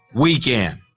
weekend